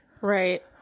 Right